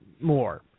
more